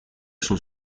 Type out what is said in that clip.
sul